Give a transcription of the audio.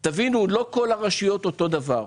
תבינו, לא כל הרשויות הן אותו הדבר.